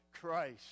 Christ